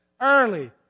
early